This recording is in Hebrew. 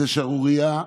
זאת שערורייה.